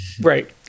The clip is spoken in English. Right